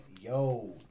yo